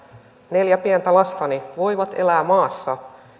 neljä pientä lastani voivat elää maassa